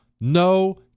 No